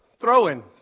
throwing